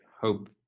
hope